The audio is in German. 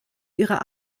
ihrer